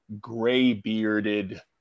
gray-bearded